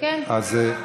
אנחנו מסכימים.